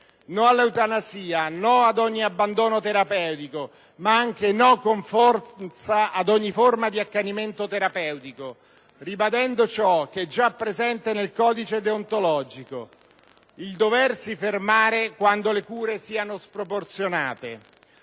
No all'eutanasia, no ad ogni abbandono terapeutico, ma anche no con forza ad ogni forma di accanimento terapeutico, ribadendo ciò che e' già presente nel codice deontologico, il doversi fermare quando le cure siano sproporzionate.